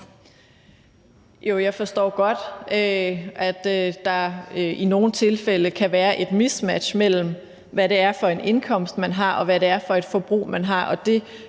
Jeg forstår godt, at der i nogle tilfælde kan være et mismatch mellem, hvad det er for en indkomst, man har, og hvad det er for et forbrug, man har.